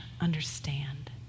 understand